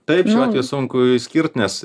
taip šiuo atveju sunku išskirt nes